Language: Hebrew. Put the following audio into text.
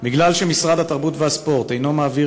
מכיוון שמשרד התרבות והספורט אינו מעביר